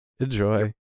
enjoy